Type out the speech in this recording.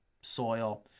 soil